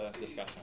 discussion